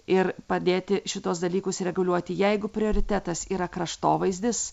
ir padėti šituos dalykus reguliuoti jeigu prioritetas yra kraštovaizdis